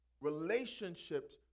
Relationships